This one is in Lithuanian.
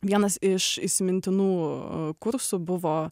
vienas iš įsimintinų kursų buvo